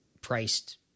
priced